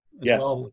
Yes